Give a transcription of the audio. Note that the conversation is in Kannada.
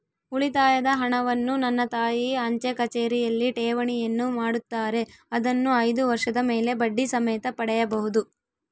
ಉಳಿತಾಯದ ಹಣವನ್ನು ನನ್ನ ತಾಯಿ ಅಂಚೆಕಚೇರಿಯಲ್ಲಿ ಠೇವಣಿಯನ್ನು ಮಾಡುತ್ತಾರೆ, ಅದನ್ನು ಐದು ವರ್ಷದ ಮೇಲೆ ಬಡ್ಡಿ ಸಮೇತ ಪಡೆಯಬಹುದು